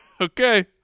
Okay